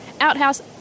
outhouse